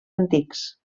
antics